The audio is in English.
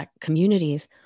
communities